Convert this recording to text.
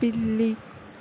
పిల్లి